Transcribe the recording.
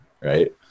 right